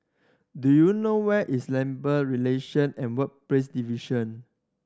do you know where is Labour Relation and Workplace Division